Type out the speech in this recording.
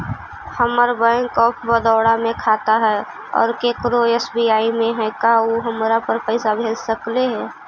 हमर bank of Baroda में खाता है और केकरो एस.बी.आई में है का उ हमरा पर पैसा भेज सकले हे?